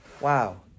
Wow